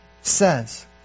says